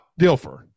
Dilfer